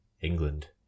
England